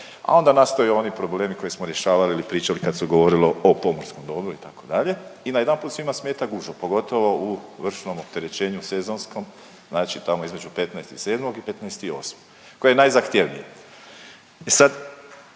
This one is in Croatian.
a onda nastaju oni problemi koje smo rješavali ili pričali kad se govorilo o pomorskom dobru, itd. i najedanput svima smeta gužva, pogotovo u vršnom opterećenju sezonskom, znači tamo između 15.7. i 15.8. koje je najzahtjevnije.